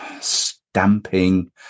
stamping